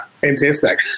fantastic